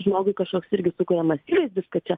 žmogui kažkoks irgi sukuriamas įvaizdis kad čia